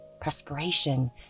perspiration